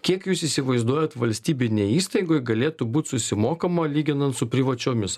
kiek jūs įsivaizduojat valstybinėj įstaigoj galėtų būt susimokama lyginant su privačiomis